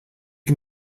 can